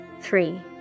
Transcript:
Three